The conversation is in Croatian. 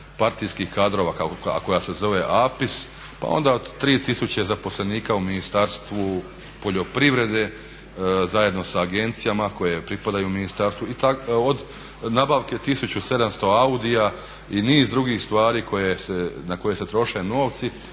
partijskih kadrova a koja se zove APIS, pa onda tri tisuće zaposlenika u Ministarstvu poljoprivrede zajedno sa agencijama koje pripadaju ministarstvu od nabavke 1700 Audia i niz drugih stvari na koje se troše novci,